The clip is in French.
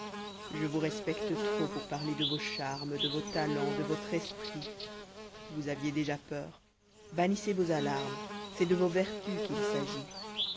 je vous respecte trop pour parler de vos charmes de vos talents de votre esprit vous aviez déjà peur bannissez vos alarmes c'est de vos vertus qu'il s'agit